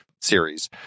series